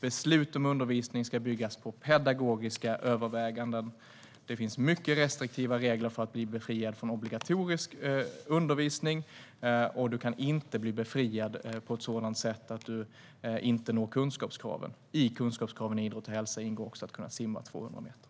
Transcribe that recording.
Beslut om undervisning ska bygga på pedagogiska överväganden. Det finns mycket restriktiva regler för att bli befriad från obligatorisk undervisning. En elev kan inte bli befriad på ett sådant sätt att han eller hon inte når kunskapskraven. I kunskapskraven för idrott och hälsa ingår också att kunna simma 200 meter.